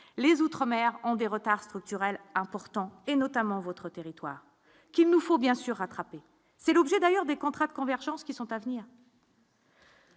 les outre-mer ont des retards structurels importants et notamment votre territoire qu'il nous faut bien sûr c'est l'objet d'ailleurs des contrats de convergence qui sont à venir.